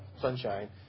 sunshine